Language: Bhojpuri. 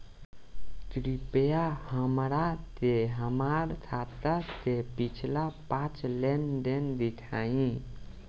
कृपया हमरा के हमार खाता के पिछला पांच लेनदेन देखाईं